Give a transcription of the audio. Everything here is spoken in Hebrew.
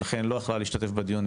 ולכן לא יכלה להשתת בדיון,